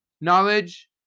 Knowledge